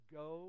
go